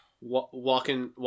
Walking